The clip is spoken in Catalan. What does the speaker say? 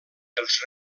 els